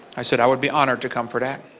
i said, i would be honored to come for that.